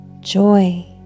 joy